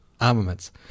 armaments